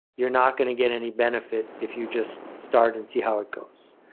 you're not going to get any benefit if you just start and see how it goes.